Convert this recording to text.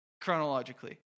chronologically